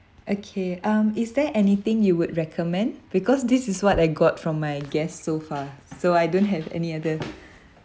okay um is there anything you would recommend because this is what I got from my guests so far so I don't have any other